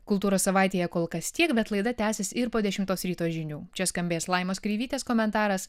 kultūros savaitėje kol kas tiek bet laida tęsis ir po dešimtos ryto žinių čia skambės laimos kreivytės komentaras